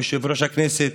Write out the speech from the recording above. יושב-ראש הכנסת: